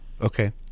Okay